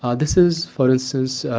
ah this is, for instance,